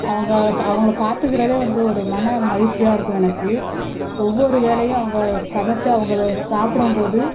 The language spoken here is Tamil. அவங்க அவங்களை பார்த்துக்கிறதே வந்து ஒரு மன மகிழ்ச்சியாக இருக்கும் எனக்கு ஒவ்வொரு வேளையும் அவங்க சமைச்சு அவங்களை சாப்பிடம் போது